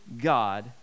God